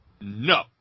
No